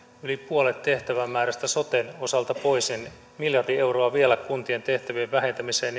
yli puolet tehtävämäärästä soten osalta pois miljardi euroa kuntien tehtävien vähentämiseen